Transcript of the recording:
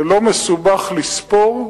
זה לא מסובך לספור,